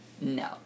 No